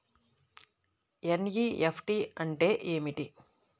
NEFT అంటే ఏమిటీ?